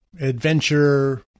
adventure